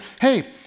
hey